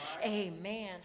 Amen